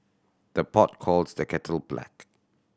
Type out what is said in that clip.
the pot calls the kettle black